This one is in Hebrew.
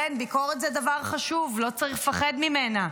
כן, ביקורת זה דבר חשוב, לא צריך לפחד ממנה.